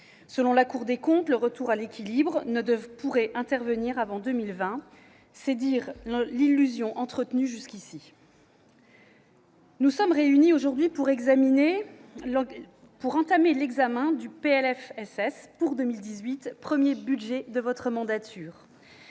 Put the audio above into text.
Selon la Cour des comptes, le retour à l'équilibre ne pourrait pas intervenir avant 2020. C'est dire l'illusion entretenue jusqu'ici ... Nous sommes réunis aujourd'hui pour entamer l'examen du projet de loi de financement de